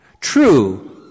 True